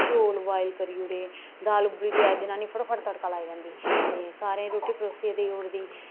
चौल उबाइल करी उड़े दाल उबली दी होऐ जनानी फटोफट तड़का लाई लैंदी ते सारे गी रुट्टी परोसियै देई उड़दी ते